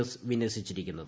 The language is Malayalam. എസ് വിന്യസിച്ചിരിക്കുന്നത്